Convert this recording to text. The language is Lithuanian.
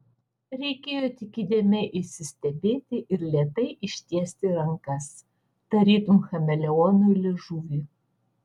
reikėjo tik įdėmiai įsistebėti ir lėtai ištiesti rankas tarytum chameleonui liežuvį